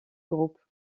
groupe